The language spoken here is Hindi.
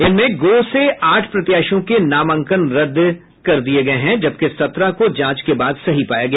इनमें गोह से आठ प्रत्याशियों के नामांकन पत्र रद्द कर दिये गये जबकि सत्रह को जांच के बाद सही पाया गया